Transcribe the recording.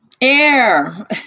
Air